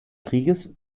krieges